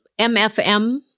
MFM